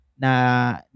na